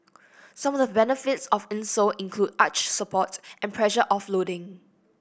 some of the benefits of insole include arch support and pressure offloading